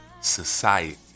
society